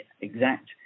exact